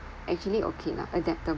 actually okay lah adaptable